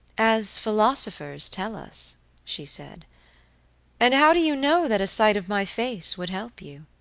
as philosophers tell us she said and how do you know that a sight of my face would help you